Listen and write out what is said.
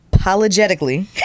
apologetically